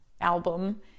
album